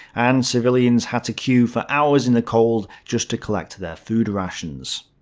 and civilians had to queue for hours in the cold just to collect their food rations.